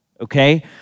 okay